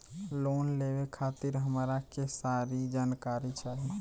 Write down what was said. Loan लेवे खातीर हमरा के सारी जानकारी चाही?